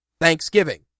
Thanksgiving